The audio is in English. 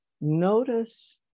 Notice